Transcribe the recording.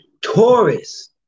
Taurus